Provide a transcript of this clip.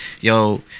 Yo